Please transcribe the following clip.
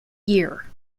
year